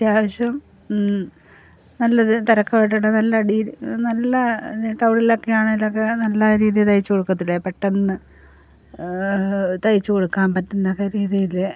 അത്യാവശ്യം നല്ലത് തിരക്കോടെ നല്ലൊരു ഡി നല്ല ടൗണിലൊക്കെയാണേലൊക്കെ നല്ല രീതിയിൽ തയ്ച്ച് കൊടുക്കത്തില്ല പെട്ടന്ന് തയ്ച്ചു കൊടുക്കാൻ പറ്റുന്നക്ക രീതീൽ